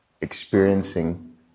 experiencing